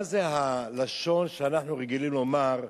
מה זה הלשון, שאנחנו רגילים לומר,